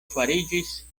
fariĝis